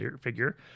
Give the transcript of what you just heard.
figure